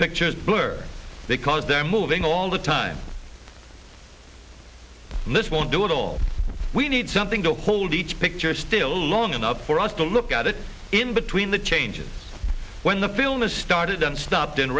pictures blur because they're moving all the time and this won't do it all we need something to hold each picture still long enough for us to look at it in between the changes when the film is started and stopped in